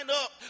up